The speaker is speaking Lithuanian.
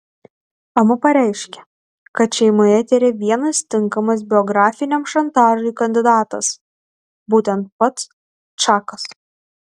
amu pareiškė kad šeimoje tėra vienas tinkamas biografiniam šantažui kandidatas būtent pats čakas